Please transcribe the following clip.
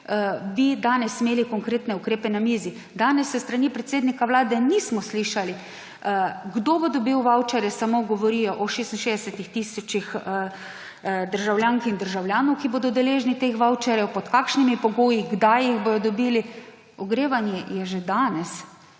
bi danes imeli konkretne ukrepe na mizi. Danes s strani predsednika Vlade nismo slišali, kdo bo dobil vavčerje, samo govorijo o 66 tisočih državljank in državljanov, ki bodo deležni teh vavčerjev, pod kakšnimi pogoji, kdaj jih bodo dobili. Ogrevanje je že danes.